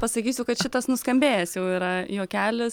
pasakysiu kad šitas nuskambėjęs jau yra juokelis